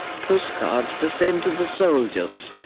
postcards to send to the soldiers,